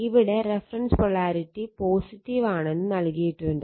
ഇവിടെ reference polarity ആണെന്ന് നൽകിയിട്ടുണ്ട്